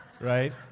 right